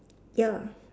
ya